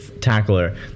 tackler